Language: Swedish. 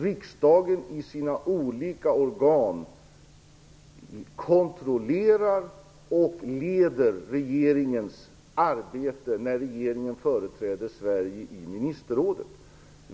Riksdagen kontrollerar och leder genom sina olika organ regeringens arbete när regeringen företräder Sverige i ministerrådet.